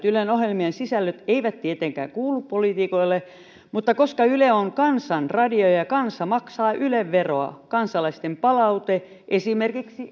ylen ohjelmien sisällöt eivät tietenkään kuulu poliitikoille mutta koska yle on kansan radio ja ja kansa maksaa yle veroa kansalaisten palaute esimerkiksi